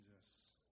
Jesus